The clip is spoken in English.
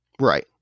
Right